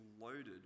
loaded